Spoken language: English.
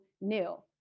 new